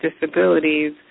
disabilities